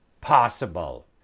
possible